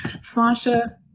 Sasha